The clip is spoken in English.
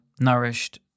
nourished